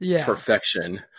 perfection